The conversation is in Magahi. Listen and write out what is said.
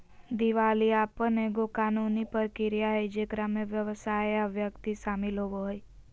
दिवालियापन एगो कानूनी प्रक्रिया हइ जेकरा में व्यवसाय या व्यक्ति शामिल होवो हइ